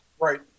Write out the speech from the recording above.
Right